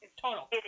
total